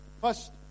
First